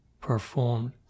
performed